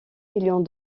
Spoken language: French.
millions